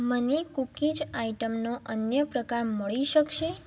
મને કૂકીઝ આઇટમનો અન્ય પ્રકાર મળી શકશે